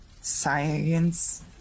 Science